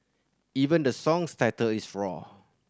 even the song's title is roar